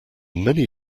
many